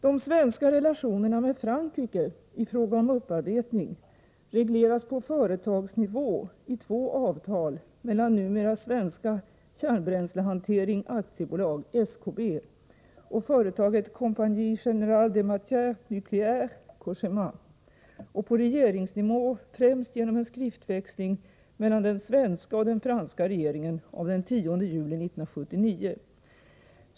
De svenska relationerna med Frankrike i fråga om upparbetning regleras på företagsnivå i två avtal mellan numera Svensk Kärnbränslehantering AB och företaget Compagnie Générale des Matieres Nucléaires och på regeringsnivå främst genom en skriftväxling mellan den svenska och den franska regeringen av den 10 juli 1979.